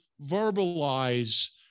verbalize